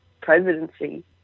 presidency